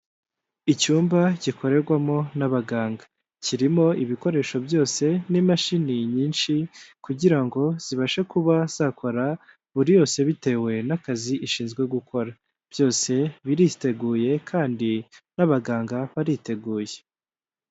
Icyumba gikorerwamo n'abaganga kirimo ibikoresho byose n'imashini nyinshi kugira ngo zibashe kuba zakora buri yose bitewe n'akazi ishinzwe gukora, byose biriteguye kandi n'abaganga bariteguye.